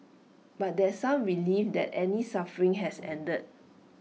but there some relief that Annie's suffering has ended